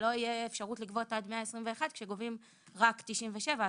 שלא תהיה אפשרות לגבות 121 ש"ח כשגובים רק 97 ש"ח.